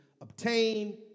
obtain